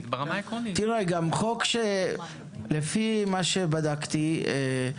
לפי מה שבדקתי,